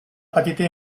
petita